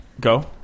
Go